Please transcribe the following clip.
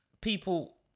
people